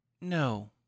no